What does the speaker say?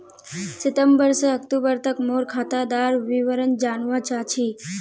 सितंबर से अक्टूबर तक मोर खाता डार विवरण जानवा चाहची?